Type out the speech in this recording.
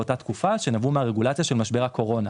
שנבעו מהרגולציה של משבר הקורונה.